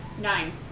Nine